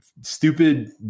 stupid